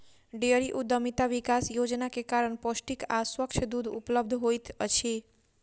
dairy उद्यमिता विकास योजना के कारण पौष्टिक आ स्वच्छ दूध उपलब्ध होइत अछि